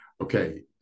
okay